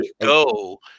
go